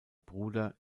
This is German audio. bruder